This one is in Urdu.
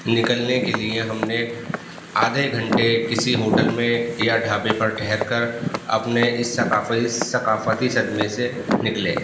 نکلنے کے لیے ہم نے آدھے گھنٹے کسی ہوٹل میں یا ڈھابے پر ٹھہر کر اپنے اس ثقافتی ثقافتی صدمے سے نکلے